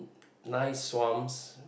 nice swamps